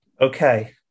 Okay